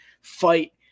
fight